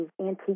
antique